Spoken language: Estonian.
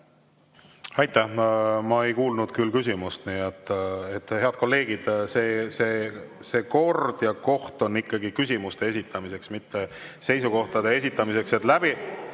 Aitäh! Ma ei kuulnud küll küsimust. Nii et head kolleegid, see kord ja koht on ikkagi küsimuste esitamiseks, mitte seisukohtade esitamiseks.